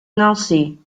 nancy